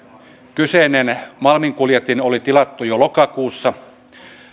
kyseinen malminkuljetin oli tilattu jo lokakuussa